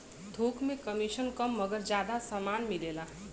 थोक में कमिसन कम मगर जादा समान मिलेला